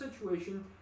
situation